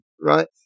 right